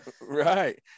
right